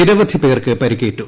നിരവധി പേർക്ക് പരിക്കേറ്റു